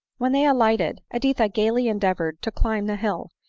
when they alighted, editha gaily endeavored to climb the hill,